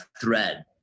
thread